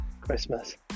Christmas